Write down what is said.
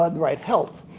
ah the right health,